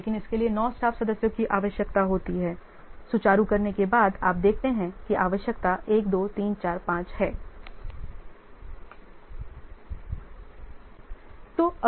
लेकिन इसके लिए 9 स्टाफ सदस्यों की आवश्यकता होती है लेकिन सुचारू करने के बाद आप देखते हैं कि अब आवश्यकता 1 2 3 4 5 है